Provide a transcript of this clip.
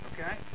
okay